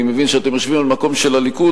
אני מבין שאתם יושבים על מקום של הליכוד.